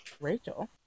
Rachel